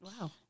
Wow